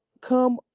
Come